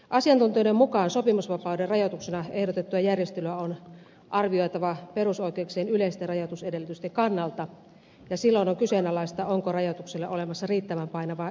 asiantuntijoiden mukaan sopimusvapauden rajoituksena ehdotettua järjestelyä on arvioitava perusoikeuksien yleisten rajoitusedellytysten kannalta ja silloin on kyseenalaista onko rajoitukselle olemassa riittävän painavaa yhteiskunnallista perustetta